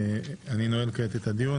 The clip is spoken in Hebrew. אני נועל כעת את הדיון.